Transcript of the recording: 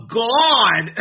god